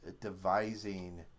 devising